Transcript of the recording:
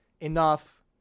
enough